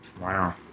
Wow